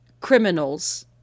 criminals